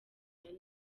neza